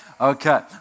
Okay